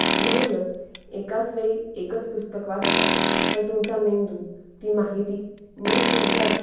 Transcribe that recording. म्हणूनच एकाच वेळी एकच पुस्तक वाचलं तर तुमचा मेंदू ती माहिती नीट तुमच्या